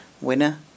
winner